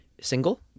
single